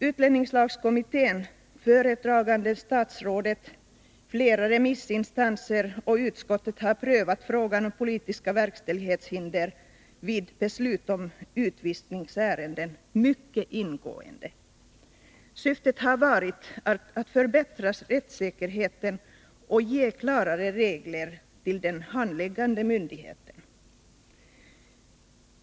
Utlänningslagskommittén, föredragande statsrådet, flera remissinstanser och utskottet har prövat frågan om politiska verkställighetshinder vid beslut om utvisningsärenden mycket ingående. Syftet har varit att förbättra rättssäkerheten och ge klarare regler till den handläggande myndigheten.